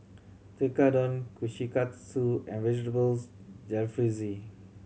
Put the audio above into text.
Tekkadon Kushikatsu and Vegetable Jalfrezi